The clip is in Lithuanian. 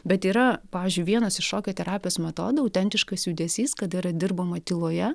bet yra pavyzdžiui vienas iš šokio terapijos metodų autentiškas judesys kada yra dirbama tyloje